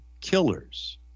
killers